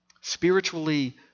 spiritually